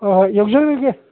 ꯍꯣꯏ ꯍꯣꯏ ꯌꯧꯖꯒ꯭ꯔꯒꯦ